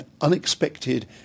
unexpected